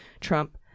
Trump